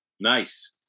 Nice